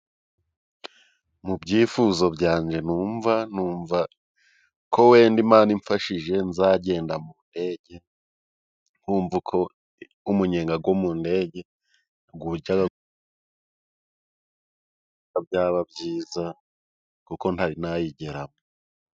Mubyifuzo byanjye numva numva ko wenda Imana imfashije nzagenda mundege nkumva uko umunyenga gomu ndege byaba byiza kuko ntari nayigeramo.